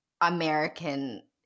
American